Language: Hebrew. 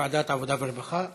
ועדת העבודה והרווחה.